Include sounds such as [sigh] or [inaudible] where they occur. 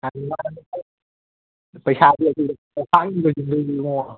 [unintelligible] ꯄꯩꯁꯥꯗꯤ [unintelligible]